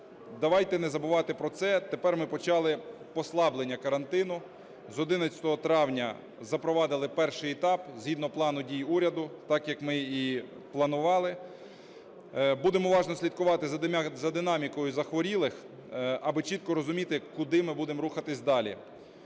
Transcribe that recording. давайте не забувати про це. Тепер ми почали послаблення карантину, з 11 травня запровадили перший етап згідно плану дій уряду, так, як ми і планували. Будемо уважно слідкувати за динамікою захворілих, аби чітко розуміти, куди ми будемо рухатися далі.